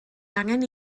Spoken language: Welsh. angen